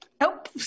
Nope